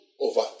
over